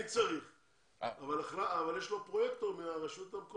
יש לו פרויקטור מהרשות המקומית.